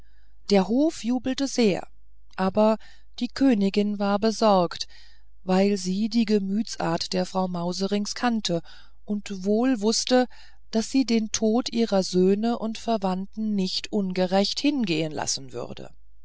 der hof jubelte sehr aber die königin war besorgt weil sie die gemütsart der frau mauserinks kannte und wohl wußte daß sie den tod ihrer söhne und verwandten nicht ungerächt hingehen lassen würde